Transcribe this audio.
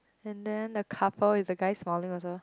and then the couple is the guy smiling also